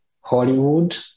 Hollywood